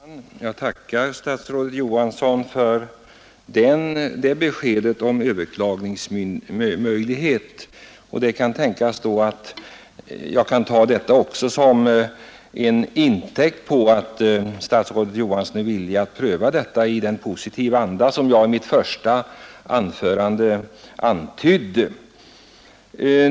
Herr talman! Jag tackar statsrådet Johansson för beskedet om överklagningsmöjlighet, och det kan tänkas att jag kan ta detta som intäkt för att statsrådet Johansson är villig att pröva frågan i den positiva anda som jag i mitt första anförande antydde om.